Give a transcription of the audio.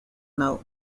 nau